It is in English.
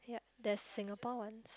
there's Singapore one